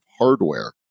hardware